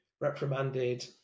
reprimanded